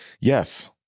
Yes